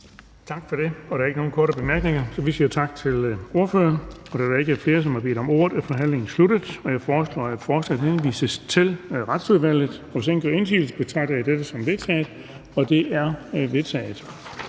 Bonnesen): Der er ikke nogen korte bemærkninger. Så vi siger tak til ordføreren. Da der ikke er flere, som har bedt om ordet, er forhandlingen sluttet. Jeg foreslår, at forslaget henvises til Retsudvalget. Hvis ingen gør indsigelse, betragter jeg dette som vedtaget. Det er vedtaget.